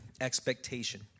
expectation